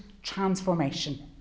transformation